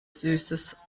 süßes